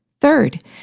Third